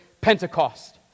Pentecost